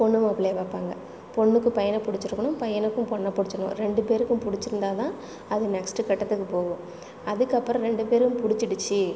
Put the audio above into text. பொண்ணு மாப்பிளையை பார்ப்பாங்க பொண்ணுக்கு பையனை பிடிச்சிருக்கணும் பையனுக்கும் பொண்ண பிடிச்சிருக்கணும் ரெண்டு பேருக்கும் பிடிச்சியிருந்தாதான் அது நெக்ஸ்ட்டு கட்டத்துக்கு போகும் அதற்கப்பறம் ரெண்டு பேரும் பிடிச்சிடுச்சி